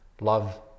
love